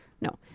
No